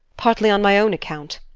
partly on my own account.